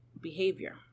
behavior